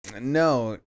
No